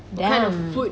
damn